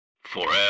forever